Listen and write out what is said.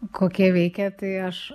kokie veikė tai aš